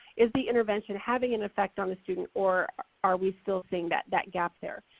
is the intervention having an effect on the student or are we still seeing that that gap there.